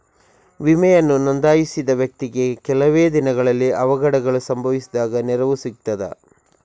ವಿಮೆಯನ್ನು ನೋಂದಾಯಿಸಿದ ವ್ಯಕ್ತಿಗೆ ಕೆಲವೆ ದಿನಗಳಲ್ಲಿ ಅವಘಡಗಳು ಸಂಭವಿಸಿದಾಗ ನೆರವು ಸಿಗ್ತದ?